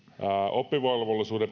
oppivelvollisuuden